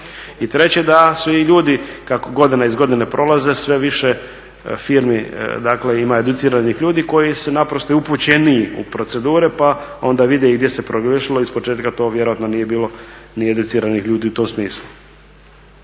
I treće, da su i ljudi, kako godina iz godine prolaze sve više firmi dakle ima educiranih ljudi koji su naprosto i upućeniji u procedure pa onda vide i gdje se pogriješilo, ispočetka to vjerojatno nije bilo ni educiranih ljudi u tom smislu.